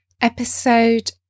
Episode